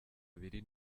abari